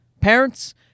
parents